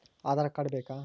Aadhaar card ಬೇಕಾ?